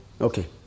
Okay